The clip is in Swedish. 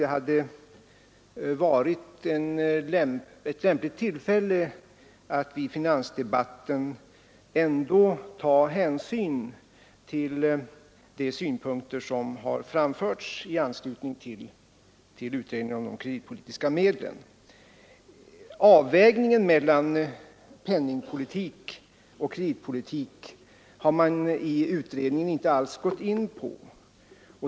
Det hade varit ett lämpligt tillfälle, förefaller det mig, att i finansdebatten ge ett besked beträffande den fortsatta handläggningen av utredningen om de kreditpolitiska medlen. Avvägningen mellan penningpolitik och kreditpolitik har man i utredningen inte alls gått in på.